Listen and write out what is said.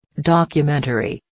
Documentary